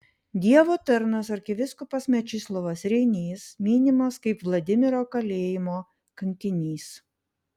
dievo tarnas arkivyskupas mečislovas reinys minimas kaip vladimiro kalėjimo kankinys